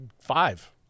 five